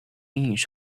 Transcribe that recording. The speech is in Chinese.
印刷